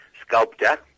sculptor